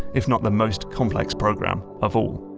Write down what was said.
if not the most complex program of all.